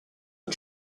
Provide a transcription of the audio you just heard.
are